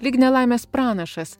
lyg nelaimės pranašas